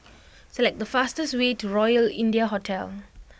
select the fastest way to Royal India Hotel